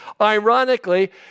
Ironically